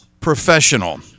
professional